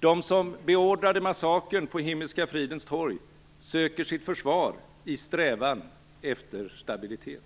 De som beordrade massakern på Himmelska fridens torg söker sitt försvar i strävan efter stabilitet.